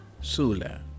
Sula